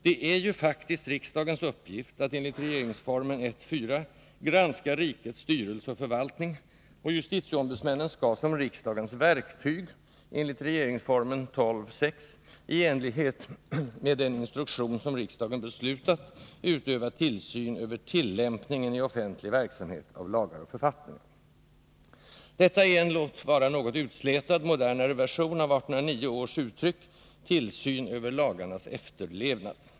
Det är ju faktiskt riksdagens uppgift enligt regeringsformen 1:4 att granska rikets styrelse och förvaltning, och justitieombudsmännen skall som riksdagens verktyg enligt regeringsformen 12:6 ”i enlighet med instruktion som riksdagen beslutar utöva tillsyn över tillämpningen i offentlig verksamhet av lagar och andra författningar”. Detta är en, låt vara något utslätad, modernare version av 1809 års uttryck ”tillsyn över lagarnas efterlevnad”.